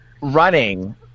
running